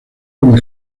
como